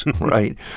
right